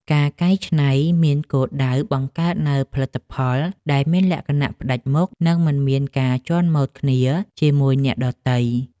ការកែច្នៃមានគោលដៅបង្កើតនូវផលិតផលដែលមានលក្ខណៈផ្តាច់មុខ និងមិនមានការជាន់ម៉ូដគ្នាជាមួយអ្នកដទៃ។